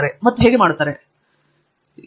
ಮತ್ತು ಹೇಗೆ ಅದು ಹೇಗೆ